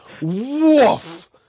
Woof